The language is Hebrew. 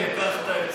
מה אני עומד לענות,